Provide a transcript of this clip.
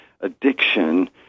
addiction